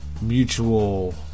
mutual